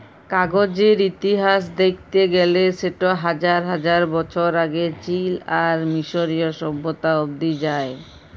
কাগজের ইতিহাস দ্যাখতে গ্যালে সেট হাজার হাজার বছর আগে চীল আর মিশরীয় সভ্যতা অব্দি যায়